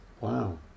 Wow